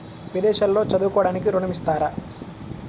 విదేశాల్లో చదువుకోవడానికి ఋణం ఇస్తారా?